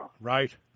Right